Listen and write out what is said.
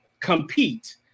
compete